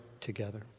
together